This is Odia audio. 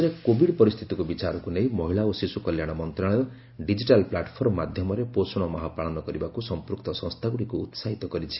ଦେଶରେ କୋବିଡ୍ ପରିସ୍ଥିତିକୁ ବିଚାରକୁ ନେଇ ମହିଳା ଓ ଶିଶୁ କଲ୍ୟାଣ ମନ୍ତ୍ରଣାଳୟ ଡିଜିଟାଲ୍ ପ୍ଲାଟଫର୍ମ ମାଧ୍ୟମରେ ପୋଷଣ ମାହ ପାଳନ କରିବାକୁ ସଂପୃକ୍ତ ସଂସ୍ଥାଗୁଡ଼ିକୁ ଉସାହିତ କରିଛି